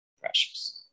precious